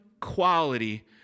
quality